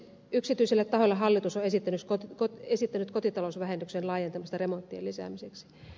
yksityiselle taholle hallitus on esittänyt kotitalousvähennyksen laajentamista remonttien lisäämiseksi